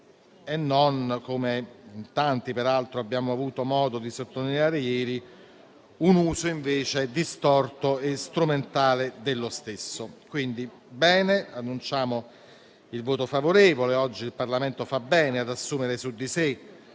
e non, come in tanti peraltro abbiamo avuto modo di sottolineare ieri, un suo uso distorto e strumentale. Va bene quindi ed annunciamo il voto favorevole. Oggi il Parlamento fa bene ad assumere su di sé